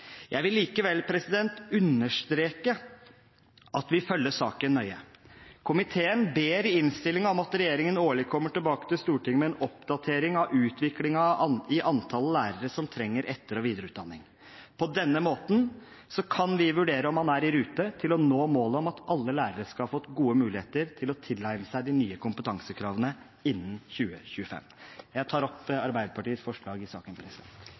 Jeg vil likevel understreke at vi følger saken nøye. Komiteen ber i innstillingen om at regjeringen årlig kommer tilbake til Stortinget med en oppdatering om utviklingen i antallet lærere som trenger etter- og videreutdanning. På denne måten kan vi vurdere om man er i rute til å nå målet om at alle lærere skal ha fått gode muligheter til å tilegne seg de nye kompetansekravene innen 2025. Jeg tar opp Arbeiderpartiets forslag i saken.